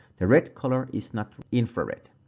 the red color is not infrared.